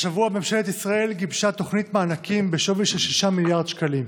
השבוע ממשלת ישראל גיבשה תוכנית מענקים בשווי של 6 מיליארד שקלים.